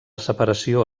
separació